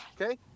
Okay